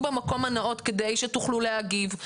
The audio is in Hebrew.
כבדו את הישיבה ותהיו במקום הנאות כדי שתוכלו להגיב,